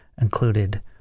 included